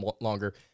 longer